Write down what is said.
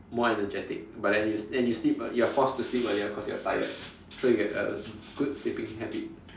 more energetic but then you and you sleep early you are forced to sleep earlier cause you are tired so you get a good sleeping habit